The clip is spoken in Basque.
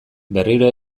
berriro